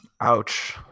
Ouch